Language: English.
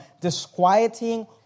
disquieting